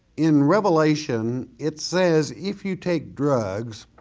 in revelation, it says if you take drugs